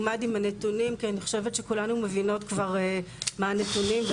אני חושבת שכולנו מבינות כבר מה הנתונים,